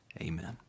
amen